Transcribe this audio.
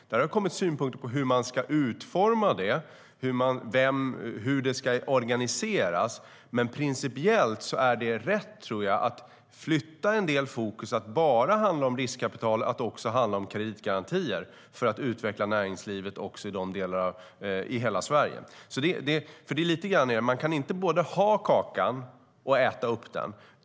Det har kommit in synpunkter på hur man ska utforma det och hur det ska organiseras, men principiellt är det nog rätt att flytta en del fokus från att bara handla om riskkapital till att också handla om kreditgarantier för att utveckla näringslivet i hela Sverige. Man kan inte både ha kakan och äta upp den.